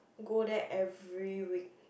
go there every week